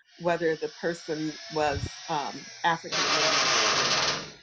whether the person was african american or not.